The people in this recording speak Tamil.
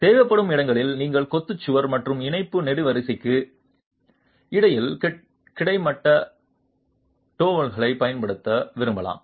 தேவைப்படும் இடங்களில் நீங்கள் கொத்து சுவர் மற்றும் இணைப்பு நெடுவரிசைக்கு இடையில் கிடைமட்ட டோவல்களைப் பயன்படுத்த விரும்பலாம்